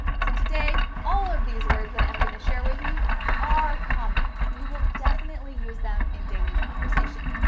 so, today all of these words that i'm gonna share with you are common. you will definitely use them in daily conversation.